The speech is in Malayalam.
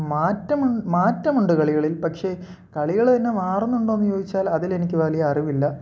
മാറ്റമുണ്ട് മാറ്റമുണ്ട് കളികളിൽ പക്ഷെ കളികൾ തന്നെ മാറുന്നുണ്ടോ എന്ന് ചോദിച്ചാൽ അതിൽ എനിക്ക് വലിയ അറിവില്ല